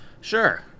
Sure